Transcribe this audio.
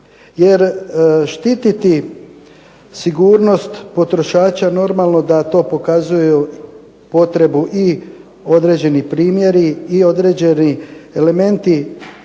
Jer štititi sigurnost potrošača normalno da to pokazuju potrebu i određeni primjeri i određeni elementi